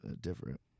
different